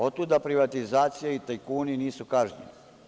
Otuda privatizacija i tajkuni nisu kažnjeni.